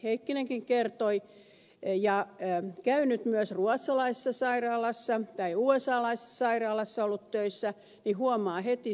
heikkinenkin kertoi ja käynyt myös ruotsalaisessa sairaalassa tai usalaisessa sairaalassa ollut töissä niin huomaa heti suuren eron